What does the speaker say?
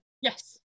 yes